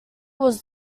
was